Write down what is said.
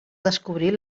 descobrir